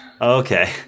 Okay